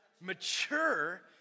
Mature